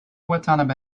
watanabe